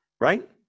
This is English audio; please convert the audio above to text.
Right